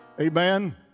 Amen